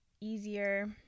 easier